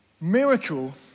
miracle